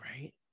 right